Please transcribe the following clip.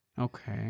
Okay